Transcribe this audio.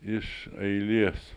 iš eilės